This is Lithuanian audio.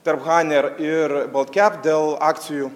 tarp haner ir boltkep dėl akcijų